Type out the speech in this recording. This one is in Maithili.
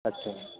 अच्छा